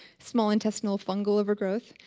small intestinal fungal overgrowth.